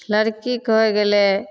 लड़कीके होइ गेलै